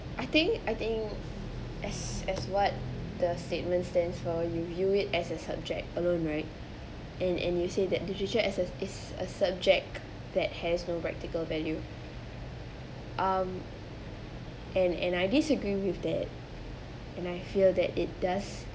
I think I think as as what the statement stands for you view it as a subject alone right and and you say that literature as a is a subject that has no practical value um and and I disagree with that and I fear that it does